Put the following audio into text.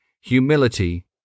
humility